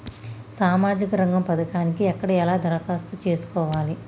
సామాజిక రంగం పథకానికి ఎక్కడ ఎలా దరఖాస్తు చేసుకోవాలి?